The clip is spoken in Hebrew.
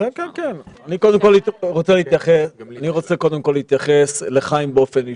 אני רוצה להתייחס לחיים באופן אישי.